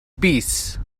beasts